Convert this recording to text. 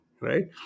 right